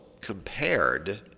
compared